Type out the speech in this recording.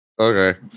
okay